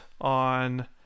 on